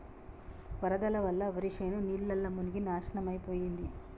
వరదల వల్ల వరిశేను నీళ్లల్ల మునిగి నాశనమైపోయింది